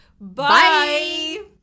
Bye